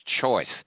choice